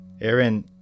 Aaron